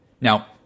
now